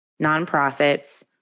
nonprofits